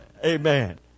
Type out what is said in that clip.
Amen